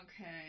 okay